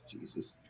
Jesus